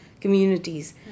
communities